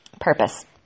purpose